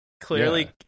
Clearly